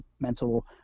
mental